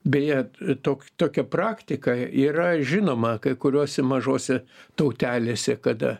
beje tok tokia praktika yra žinoma kai kuriose mažose tautelėse kada